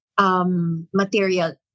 material